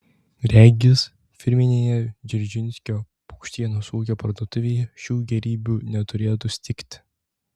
regis firminėje dzeržinskio paukštienos ūkio parduotuvėje šių gėrybių neturėtų stigti